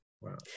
Wow